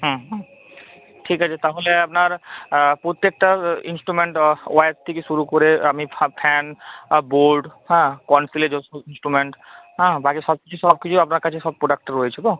হুম হুম ঠিক আছে তাহলে আপনার প্রত্যেকটা ইন্সট্রুমেন্ট ও ওয়্যার থেকে শুরু করে আমি ফা ফ্যান বোর্ড হ্যাঁ কন্সিলের যে সব ইন্সট্রুমেন্ট হ্যাঁ বাকি সব কিছু সব কিছু আপনার কাছে সব প্রোডাক্ট রয়েছে তো